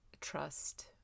trust